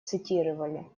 цитировали